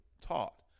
taught